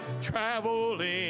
traveling